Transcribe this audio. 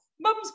Mum's